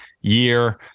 year